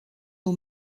nos